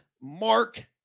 Mark